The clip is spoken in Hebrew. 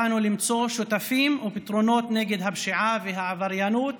באנו למצוא שותפים או פתרונות נגד הפשיעה והעבריינות